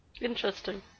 Interesting